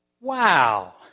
Wow